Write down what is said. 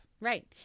Right